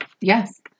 yes